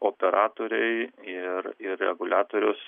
operatoriai ir ir reguliatorius